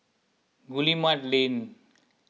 Guillemard Lane